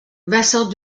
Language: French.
vincent